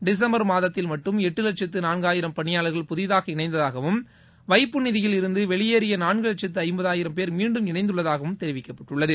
டிசும்பர் மாதத்தில் மட்டும் எட்டு வட்சத்து நான்காயிரம் பணியாளர்கள் புதிதாக இணைந்ததாகவும் வைபுநிதியில் இருந்து வெளியேறிய நான்கு வட்சத்து ஐம்பதாயிரம் பேர் மீண்டும் இணைந்துள்ளதாகவும் தெரிவிக்கப்பட்டுள்ளது